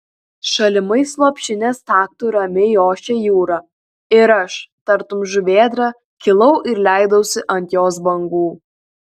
šalimais lopšinės taktu ramiai ošė jūra ir aš tartum žuvėdra kilau ir leidausi ant jos bangų